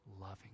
loving